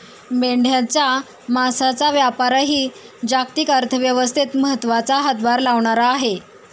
मेंढ्यांच्या मांसाचा व्यापारही जागतिक अर्थव्यवस्थेत महत्त्वाचा हातभार लावणारा आहे